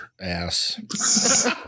ass